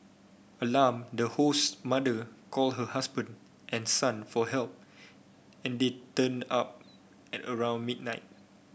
alarmed the host's mother called her husband and son for help and they turned up at around midnight